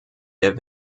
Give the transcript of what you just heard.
der